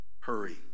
hurry